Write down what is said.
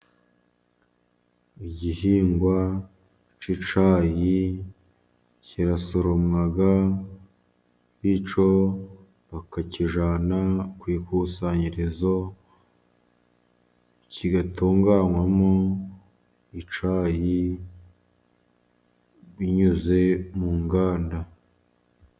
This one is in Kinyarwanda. Igihingwa cy'icyayi kirasoromwa bityo bakakijyana ku ikusanyirizo, kigatunganywamo icyayi binyuze mu nganda.